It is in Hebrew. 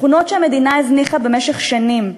שכונות שהמדינה הזניחה במשך שנים,